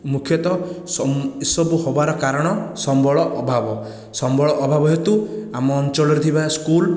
ମୁଖ୍ୟତଃ ଏସବୁ ହେବାର କାରଣ ସମ୍ବଳ ଅଭାବ ସମ୍ବଳ ଅଭାବ ହେତୁ ଆମ ଅଞ୍ଚଳରେ ଥିବା ସ୍କୁଲ